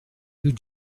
you